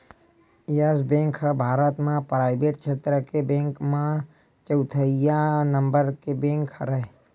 yes Bank ह भारत म private छेत्र के बेंक म चउथइया नंबर के बेंक हरय